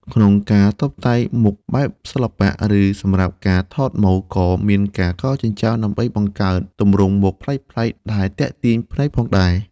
ក្នុងការតុបតែងមុខបែបសិល្បៈ ឬសម្រាប់ការថតម៉ូដ ក៏មានការកោរចិញ្ចើមដើម្បីបង្កើតទម្រង់មុខប្លែកៗដែលទាក់ទាញភ្នែកផងដែរ។